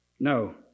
No